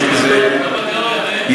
יש בזה, לא בתיאוריה, מאיר.